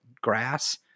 grass